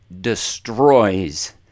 destroys